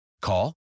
Call